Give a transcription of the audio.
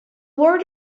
word